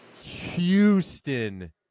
Houston